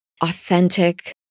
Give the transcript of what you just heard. authentic